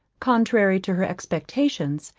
contrary to her expectations,